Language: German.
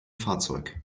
fahrzeug